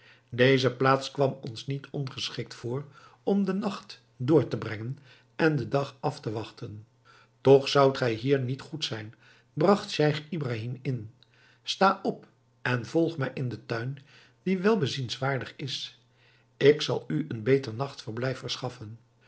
deze plaats kwam ons niet ongeschikt voor om er den nacht door te brengen en den dag af te wachten toch zoudt gij hier niet goed zijn bragt scheich ibrahim in sta op en volg mij in den tuin die wel bezienswaardig is ik zal u een beter nachtverblijf verschaffen